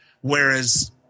Whereas